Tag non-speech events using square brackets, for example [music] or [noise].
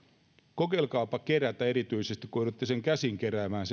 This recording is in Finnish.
kokeilkaapa kerätä viisikymmentätuhatta allekirjoitusta erityisesti kun joudutte sen käsin keräämään [unintelligible]